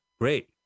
great